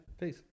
Peace